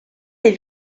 des